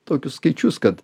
tokius skaičius kad